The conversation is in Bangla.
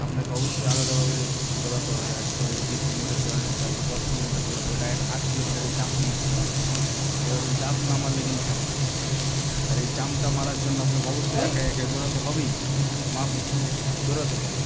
আপনাকে অবশ্যই আলাদাভাবে দৌড়াতে হবে আজকে হয়তো দুই কিলোমিটার দৌড়ালেন কালকে দশ কিলোমিটার দৌড়াতে হবে ডাইরেক্ট আট কিলোমিটারে জাম্প মারতে হবে এভাবে জাম্প না মারলে কিন্তু হবে না আর এই জাম্পটা মারার জন্য আপনাকে অবশ্যই একাই একাই দৌড়াতে হবেই মাপ নাই দৌড়াতেই হবে